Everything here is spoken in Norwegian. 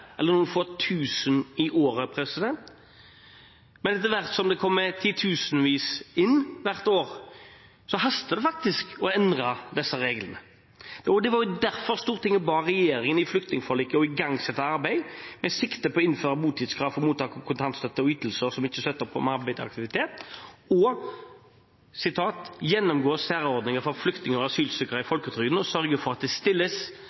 eller noen få tusen i året, men etter hvert som det kommer titusenvis inn hvert år, haster det faktisk med å endre disse reglene. Det var derfor Stortinget ba regjeringen i flyktningforliket igangsette et arbeid med sikte på å innføre botidskrav for mottak av kontantstøtte og ytelser som ikke støtter opp om arbeid og aktivitet, og ba regjeringen «gjennomgå særordninger for flyktninger og asylsøkere i folketrygden og sørge for at det stilles